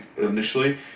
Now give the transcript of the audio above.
initially